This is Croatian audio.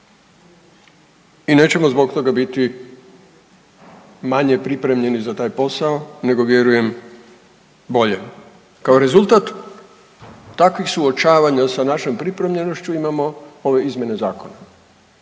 i nećemo zbog toga biti manje pripremljeni za taj posao nego vjerujem bolje. Kao rezultat takvih suočavanja sa našom pripremljenošću imamo ove izmjene zakona.